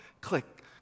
Click